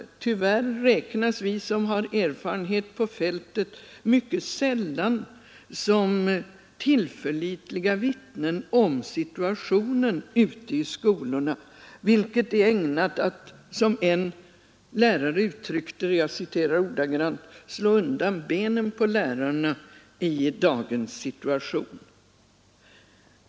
Tyvärr räknas vi som har erfarenhet på fältet mycket sällan som tillförlitliga vittnen om situationen ute i skolorna, vilket är ägnat att — som en lärare uttryckte det — ”slå undan benen på lärarna i dagens situation”.